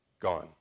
Gone